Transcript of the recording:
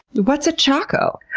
what's a chaco?